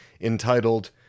entitled